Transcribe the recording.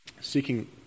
seeking